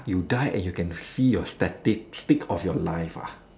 you die and you can see statistic of your life ah